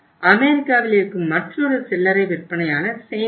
அமெரிக்காவில் இருக்கும் மற்றொரு சில்லறை விற்பனையாளர் Sainsbury